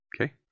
Okay